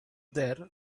there